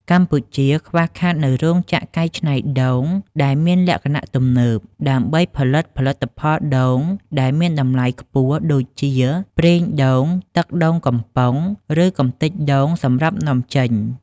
កម្ពុជាខ្វះខាតនូវរោងចក្រកែច្នៃដូងដែលមានលក្ខណៈទំនើប ដើម្បីផលិតផលិតផលដូងដែលមានតម្លៃខ្ពស់ដូចជា ប្រេងដូង ទឹកដូងកំប៉ុង ឬកម្ទេចដូងសម្រាប់នាំចេញ។